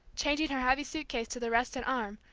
changing her heavy suit-case to the rested arm,